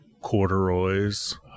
Corduroy's